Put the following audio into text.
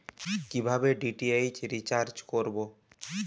কিভাবে DTH recharge করব?